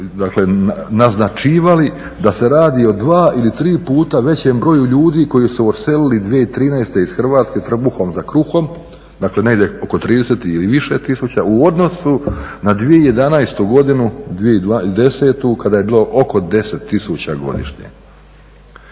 naznačivali da se radi o dva ili tri puta većem broju ljudi koji su odselili 2013.iz Hrvatske trbuhom za kruhom, dakle negdje oko 30 ili više tisuća u odnosu na 2011.godinu, 2010.kada je bilo oko 10 tisuća godišnje.